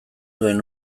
duen